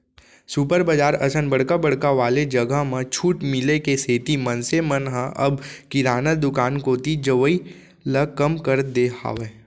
super बजार असन बड़का बड़का वाले जघा म छूट मिले के सेती मनसे मन ह अब किराना दुकान कोती जवई ल कम कर दे हावय